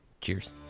Cheers